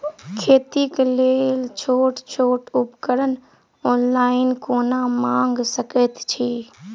खेतीक लेल छोट छोट उपकरण ऑनलाइन कोना मंगा सकैत छी?